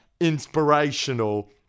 inspirational